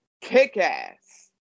kick-ass